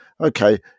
okay